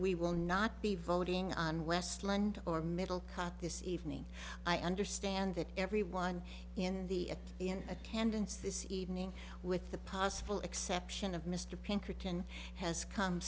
we will not be voting on westland or middle caught this evening i understand that everyone in the in attendance this evening with the possible exception of mr pinkerton has come